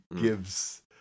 gives